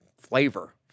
flavor